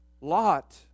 Lot